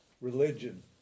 religion